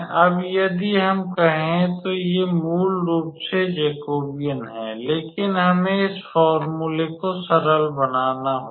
अब यदि हम कहें तो ये मूल रूप से जैकोबियन हैं लेकिन हमें इस फोर्मूले को सरल बनाना होगा